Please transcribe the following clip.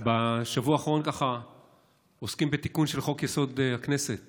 בשבוע האחרון ככה עוסקים בתיקון של חוק-יסוד: הכנסת